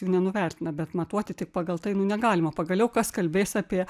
jų nenuvertina bet matuoti tik pagal tai nu negalima pagaliau kas kalbės apie